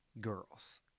girls